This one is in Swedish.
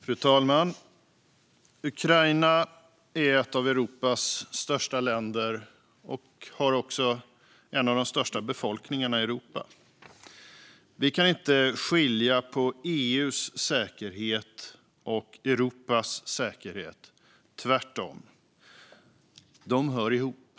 Fru talman! Ukraina är ett av Europas största länder. Ukraina har också en av de största befolkningarna i Europa. Vi kan inte skilja på EU:s säkerhet och Europas säkerhet, tvärtom. De hör ihop.